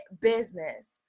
business